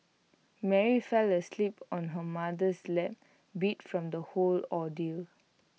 Mary fell asleep on her mother's lap beat from the whole ordeal